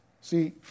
See